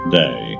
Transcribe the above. day